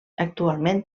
actualment